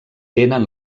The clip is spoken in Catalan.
tenen